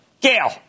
Gail